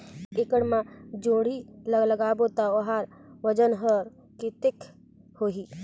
एक एकड़ मा जोणी ला लगाबो ता ओकर वजन हर कते होही?